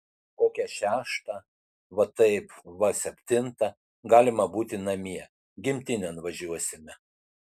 kokią šeštą va taip va septintą galima būti namie gimtinėn važiuosime